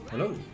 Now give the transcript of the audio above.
Hello